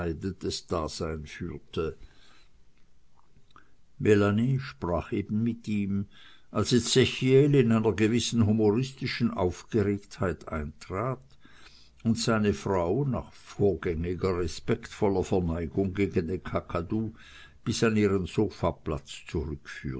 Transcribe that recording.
dasein führte melanie sprach eben mit ihm als ezechiel in einer gewissen humoristischen aufgeregtheit eintrat und seine frau nach vorgängiger respektvoller verneigung gegen den kakadu bis an ihren sofaplatz